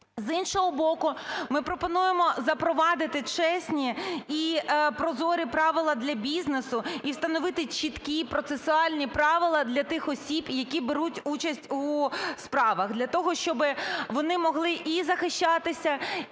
З іншого боку, ми пропонуємо запровадити чесні і прозорі правила для бізнесу і встановити чіткі процесуальні правила для тих осіб, які беруть участь у справах, для того, щоби вони могли і захищатися